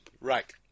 Right